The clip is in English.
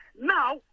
Now